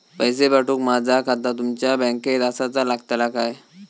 पैसे पाठुक माझा खाता तुमच्या बँकेत आसाचा लागताला काय?